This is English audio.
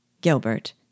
Gilbert